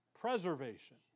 preservation